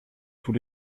tous